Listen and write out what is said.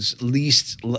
least